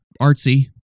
artsy